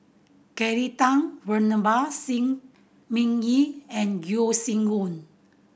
Kelly Tang Venerable Shi Ming Yi and Yeo Shih Yun